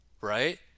right